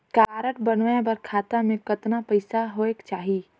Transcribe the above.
Card बनवाय बर खाता मे कतना पईसा होएक चाही?